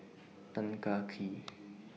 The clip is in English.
Tan Kah Kee